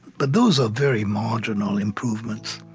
but those are very marginal improvements.